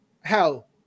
Hell